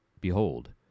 Behold